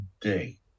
day